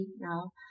now